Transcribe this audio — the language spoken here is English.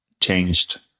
changed